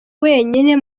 wenyine